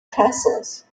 castles